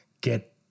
get